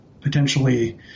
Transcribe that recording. potentially